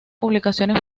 publicaciones